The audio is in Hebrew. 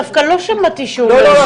דווקא לא שמעתי שהוא אומר ש- -- לא,